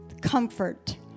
comfort